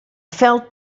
felt